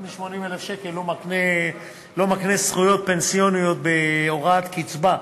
פחות מ-80,000 שקל לא מקנה זכויות פנסיוניות בהוראת קצבה,